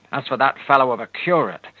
as for that fellow of a curate,